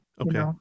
Okay